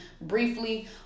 briefly